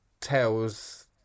tells